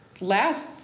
last